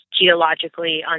geologically